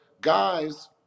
guys